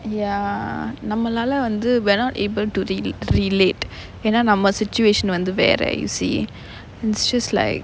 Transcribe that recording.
ya நம்மலால வந்து வேணா:nammalaala vanthu venaa able to re~ relate ஏன்னா நம்ம:yaennaa namma situation வந்து வேற:vanthu vera you see it's just like